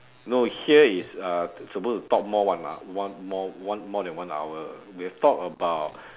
no here is uh supposed to talk more [one] lah one more one more than one hour we have talked about